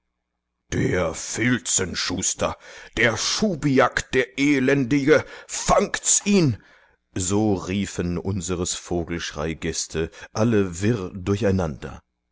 der filzenschuster der schubiak der elendige fangt's ihn so liefen unseres vogelschrey gäste alle wirr durcheinander